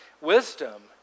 Wisdom